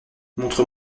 montre